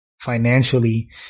financially